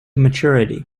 maturity